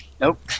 Nope